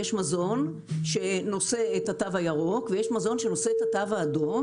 יש מזון שנושא את התו הירוק ויש מזון שנושא את התו האדום,